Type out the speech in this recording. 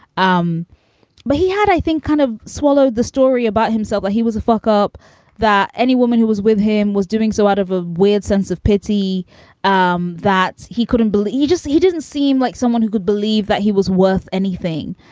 um but he had, i think, kind of swallowed the story about himself. but he was a fuck up that any woman who was with him was doing so out of a weird sense of pity um that he couldn't believe. he just he didn't seem like someone who could believe that he was worth anything.